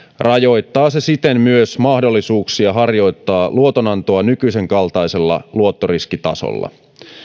rajoittaa se siten myös mahdollisuuksia harjoittaa luotonantoa nykyisenkaltaisella luottoriskitasolla